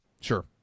Sure